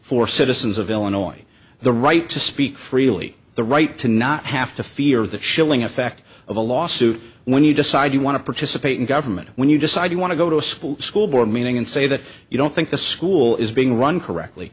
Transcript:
for citizens of illinois the right to speak freely the right to not have to fear the chilling effect of a lawsuit when you decide you want to participate in government when you decide you want to go to a school school board meeting and say that you don't think the school is being run correctly